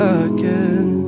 again